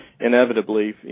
inevitably